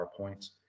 powerpoints